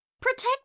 protect